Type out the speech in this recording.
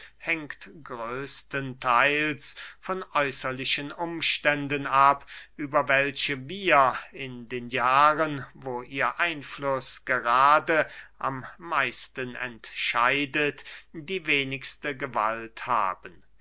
hängt größtentheils von äußerlichen umständen ab über welche wir in den jahren wo ihr einfluß gerade am meisten entscheidet die wenigste gewalt haben